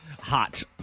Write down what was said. Hot